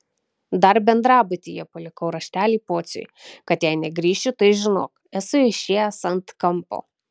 dar bendrabutyje palikau raštelį pociui kad jei negrįšiu tai žinok esu išėjęs ant kampo